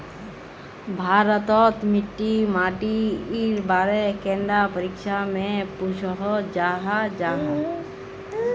भारत तोत मिट्टी माटिर बारे कैडा परीक्षा में पुछोहो जाहा जाहा?